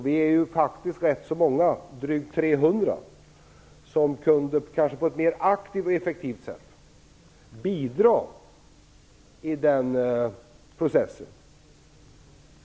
Vi är faktiskt rätt så många, drygt 300, som kanske mer aktivt och effektivt kunde bidra i processen.